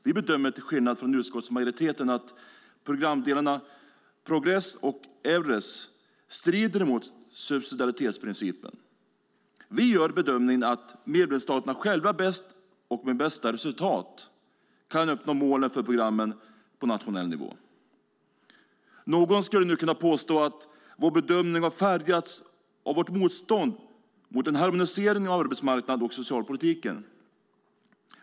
Vi bedömer till skillnad från utskottsmajoriteten att programdelarna Progress och Eures strider mot subsidiaritetsprincipen. Vi gör bedömningen att medlemsstaterna själva bäst och med bästa resultat kan uppnå målen för programmen på nationell nivå. Någon skulle nu kunna påstå att vår bedömning har färgats av vårt motstånd mot en harmonisering av arbetsmarknads och socialpolitiken.